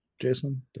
Jason